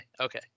Okay